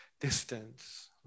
distance